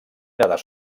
nedar